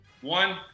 One